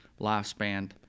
lifespan